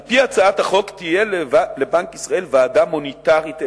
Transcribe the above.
על-פי הצעת החוק תהיה לבנק ישראל ועדה מוניטרית עליונה,